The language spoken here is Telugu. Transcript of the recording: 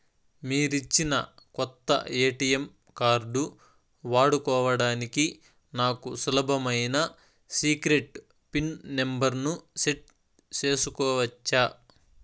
మీరిచ్చిన కొత్త ఎ.టి.ఎం కార్డు వాడుకోవడానికి నాకు సులభమైన సీక్రెట్ పిన్ నెంబర్ ను సెట్ సేసుకోవచ్చా?